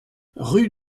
rue